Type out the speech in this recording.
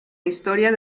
historia